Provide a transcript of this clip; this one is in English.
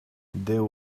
there